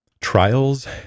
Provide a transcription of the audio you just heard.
Trials